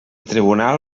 tribunal